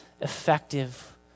effective